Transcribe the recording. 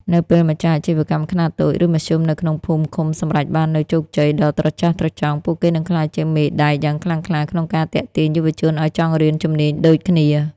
នៅពេលម្ចាស់អាជីវកម្មខ្នាតតូច ឬមធ្យមនៅក្នុងភូមិឃុំសម្រេចបាននូវជោគជ័យដ៏ត្រចះត្រចង់ ពួកគេនឹងក្លាយជាមេដែកយ៉ាងខ្លាំងក្លាក្នុងការទាក់ទាញយុវជនឱ្យចង់រៀនជំនាញដូចគ្នា។